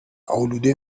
آلوده